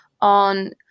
on